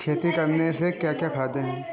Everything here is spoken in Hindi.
खेती करने से क्या क्या फायदे हैं?